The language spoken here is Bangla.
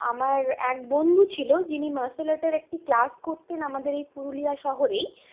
আমার এক বন্ধু ছিলো যিনি মার্শাল আর্টের একটি ক্লাস করতেন আমাদের এই পুরুলিয়া শহরেই